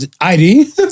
ID